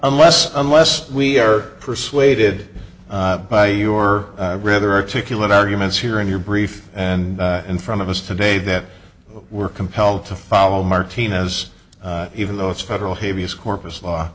unless unless we are persuaded by your rather articulate arguments here in your brief and in front of us today that were compelled to follow martinez even though it's federal habeas corpus law